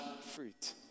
fruit